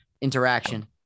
interaction